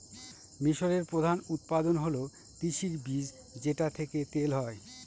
মিশরের প্রধান উৎপাদন হল তিসির বীজ যেটা থেকে তেল হয়